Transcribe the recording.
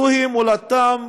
זוהי מולדתם,